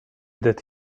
that